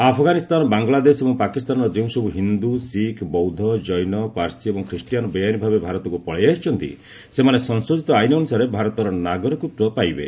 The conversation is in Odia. ଆଫଗାନିସ୍ଥାନ ବାଂଲାଦେଶ ଏବଂ ପାକିସ୍ତାନର ଯେଉଁସବୁ ହିନ୍ଦୁ ଶିଖ ବୌଦ୍ଧ କ୍ଜେନ ପାର୍ସୀ ଏବଂ ଖ୍ରୀଷ୍ଟିଆନ୍ ବେଆଇନ ଭାବେ ଭାରତକୁ ପଳାଇ ଆସିଛନ୍ତି ସେମାନେ ସଂଶୋଧିତ ଆଇନ ଅନୁସାରେ ଭାରତର ନାଗରିକତ୍ୱ ପାଇବେ